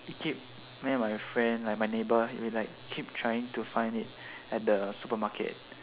it keep me and my friend like my neighbour we like keep trying to find it at the supermarket